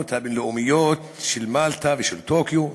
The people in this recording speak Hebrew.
ההצהרות הבין-לאומיות של מלטה ושל טוקיו.